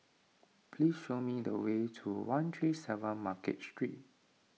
please show me the way to one three seven Market Street